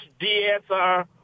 DSR